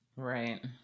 Right